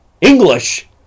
English